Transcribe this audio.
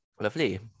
Lovely